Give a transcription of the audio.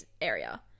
area